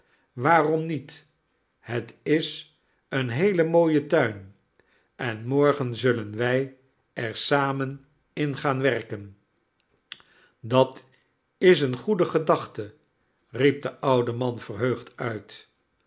waarom niet het is een heele mooie tuin en morgen zullen wij er samen in gaan werken dat is eene goede gedachte riep de oude man verheugd uit